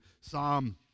Psalm